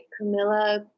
Camilla